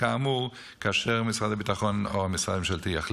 כאמור כאשר משרד הביטחון או משרד ממשלתי יחליט.